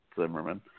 Zimmerman